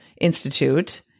institute